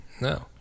No